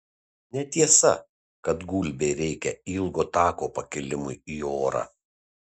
netiesa kad gulbei reikia ilgo tako pakilimui į orą